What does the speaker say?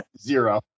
zero